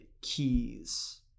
keys